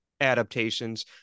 adaptations